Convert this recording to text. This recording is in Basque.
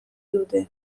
dute